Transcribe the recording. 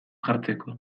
jartzeko